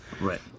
Right